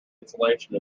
insulation